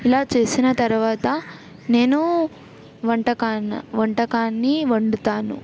ఇలా చేసిన తర్వాత నేను వంటకాన్న వంటకాన్ని వండుతాను